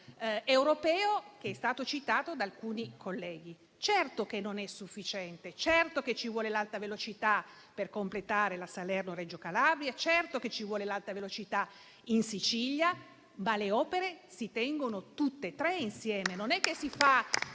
europeo che è stato citato da alcuni colleghi. Certo che non è sufficiente. Certo che ci vuole l'alta velocità per completare la Salerno-Reggio Calabria. Certo che ci vuole l'alta velocità in Sicilia, ma le opere si tengono tutte e tre insieme: non è che si fa